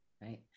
right